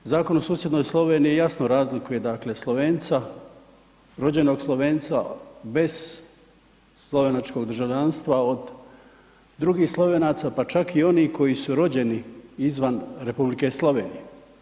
Zakon u susjednoj Sloveniji jasno razliku dakle Slovenca, rođenog Slovenca bez slovenačkog državljanstva od drugih Slovenaca, pa čak i oni koji su rođeni izvan Republike Slovenije.